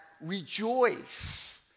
rejoice